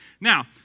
Now